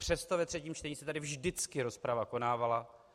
Přesto ve třetím čtení se tady vždycky rozprava konávala.